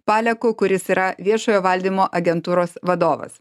paleku kuris yra viešojo valdymo agentūros vadovas